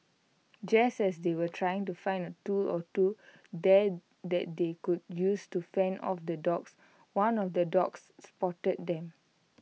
just as they were trying to find A tool or two that that they could use to fend off the dogs one of the dogs spotted them